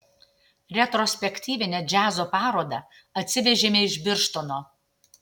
retrospektyvinę džiazo parodą atsivežėme iš birštono